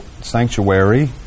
sanctuary